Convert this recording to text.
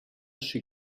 she